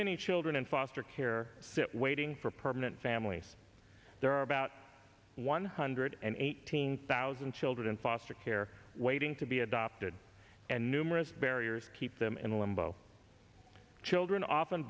many children in foster care sit waiting for permanent families there are about one hundred and eighteen thousand children in foster care waiting to be adopted and numerous barriers keep them in limbo children often